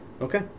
okay